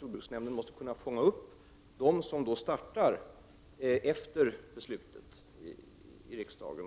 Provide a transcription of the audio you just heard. Jordbruksnämnden måste kunna fånga upp dem som startar sin verksamhet efter det att beslutet fattades av riksdagen.